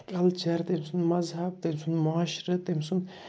culture تٔمۍ سُنٛد مذہب تٔمۍ سُنٛد معاشرٕ تٔمۍ سُنٛد